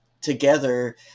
together